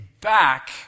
back